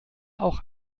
auch